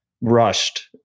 rushed